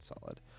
solid